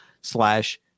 slash